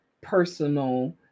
personal